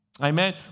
Amen